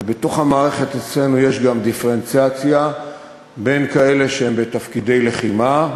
ובתוך המערכת אצלנו יש גם דיפרנציאציה בין כאלה שהם בתפקידי לחימה,